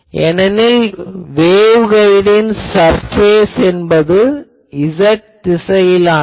ஏனெனில் வேவ்கைடின் சர்பேஸ் என்பது z திசையிலானது